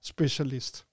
Specialist